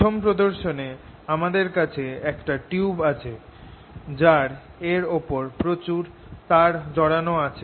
প্রথম প্রদর্শনে আমাদের কাছে একটা টিউব আছে যার এর উপর প্রচুর তার জড়ান আছে